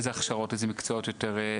איזה מקצועות יותר,